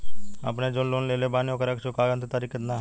हम जवन लोन लेले बानी ओकरा के चुकावे अंतिम तारीख कितना हैं?